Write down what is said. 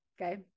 okay